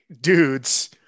dudes